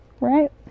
right